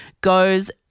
goes